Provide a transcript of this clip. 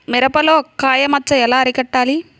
మిరపలో కాయ మచ్చ ఎలా అరికట్టాలి?